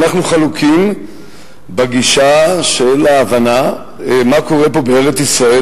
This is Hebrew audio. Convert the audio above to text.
אנחנו חלוקים בגישה של ההבנה מה קורה פה בארץ-ישראל,